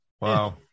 Wow